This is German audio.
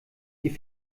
die